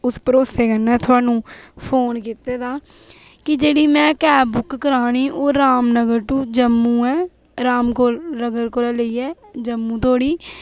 उस भरोसे कन्नै थाहनूं फ़ोन कीते दा की जेह्ड़ी में कैब बुक करानी ओह् रामनगर टू जम्मू ऐ रामनगर कोला लेइयै जम्मू धोड़ी